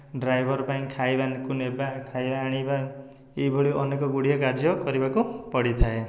driver ପାଇଁ ଖାଇବାକୁ ନେବା ଖାଇବା ଆଣିବା ଏଇଭଳି ଅନେକ ଗୁଡ଼ିଏ କାର୍ଯ୍ୟ କରିବାକୁ ପଡ଼ିଥାଏ